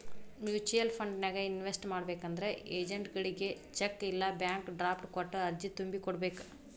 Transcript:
mutual ಫಂಡನ್ಯಾಗ invest ಮಾಡ್ಬೇಕಂದ್ರ ಏಜೆಂಟ್ಗಳಗಿ ಚೆಕ್ ಇಲ್ಲಾ ಬ್ಯಾಂಕ್ ಡ್ರಾಫ್ಟ್ ಕೊಟ್ಟ ಅರ್ಜಿ ತುಂಬಿ ಕೋಡ್ಬೇಕ್